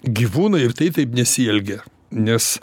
gyvūnai ir tai taip nesielgia nes